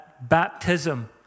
baptism